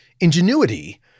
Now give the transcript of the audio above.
ingenuity